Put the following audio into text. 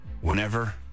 whenever